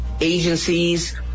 agencies